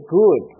good